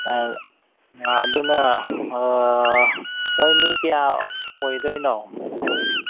ꯑꯥ ꯑꯥ ꯑꯗꯨꯅ ꯅꯣꯏ ꯃꯤ ꯀꯌꯥ ꯑꯣꯏꯗꯣꯏꯅꯣ